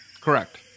Correct